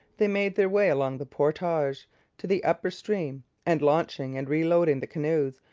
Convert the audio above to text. they made their way along the portage to the upper stream, and, launching and reloading the canoes,